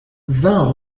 vingt